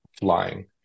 flying